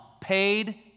paid